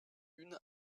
une